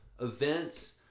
events